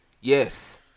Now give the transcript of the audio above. Yes